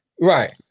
Right